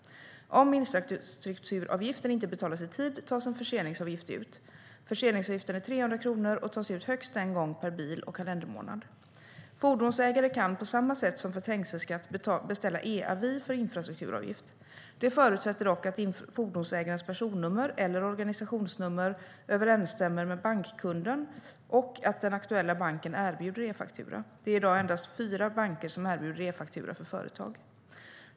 Om infrastrukturavgiften inte betalas i tid tas en förseningsavgift ut. Förseningsavgiften är 300 kronor och tas ut högst en gång per bil och kalendermånad. Fordonsägare kan, på samma sätt som för trängselskatt, beställa e-avi för infrastrukturavgift. Det förutsätter dock att fordonsägarens personnummer eller organisationsnummer överensstämmer med bankkundens och att den aktuella banken erbjuder e-faktura. Det är i dag endast fyra banker som erbjuder e-faktura för företag.